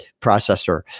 processor